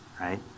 right